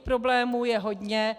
Problémů je hodně.